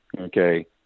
Okay